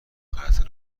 قطع